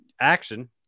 action